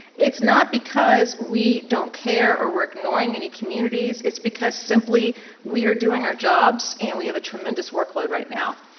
it's not because we don't care or we're ignoring any communities it's because simply we are doing our jobs and we have a tremendous workload right now.